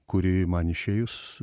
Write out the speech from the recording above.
kuri man išėjus